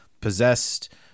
possessed